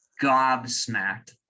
gobsmacked